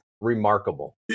Remarkable